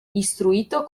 istruito